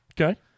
Okay